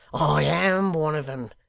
i am one of em.